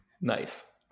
Nice